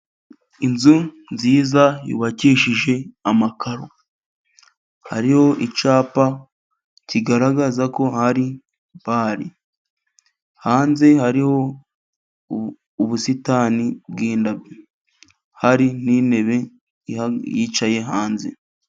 Inzu nziza yubakishije amakaro, hariho icyapa kigaragaza ko hari bare, hanze hariho ubusitani bw'indabo, hari n'intebe iha yicaye hanze.